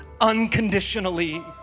unconditionally